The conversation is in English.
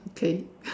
okay